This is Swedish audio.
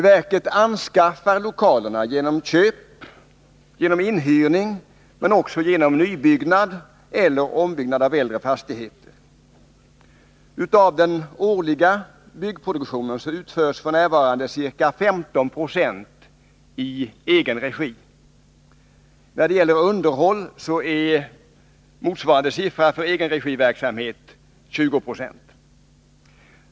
Verket anskaffar lokaler både genom köp och inhyrning men också genom nybyggnad eller ombyggnad av äldre fastigheter. Av den årliga byggproduktionen utförs f. n. ca 15 96 i egen regi. Motsvarande andel när det gäller underhåll är ca 20 20.